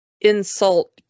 insult